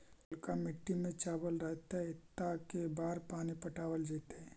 ललका मिट्टी में चावल रहतै त के बार पानी पटावल जेतै?